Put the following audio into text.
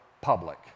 public